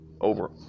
over